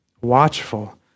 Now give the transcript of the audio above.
watchful